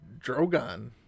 Drogon